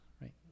right